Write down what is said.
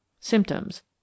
Symptoms